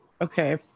Okay